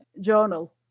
journal